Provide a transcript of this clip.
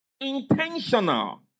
Intentional